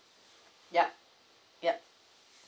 yup yup